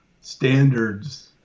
standards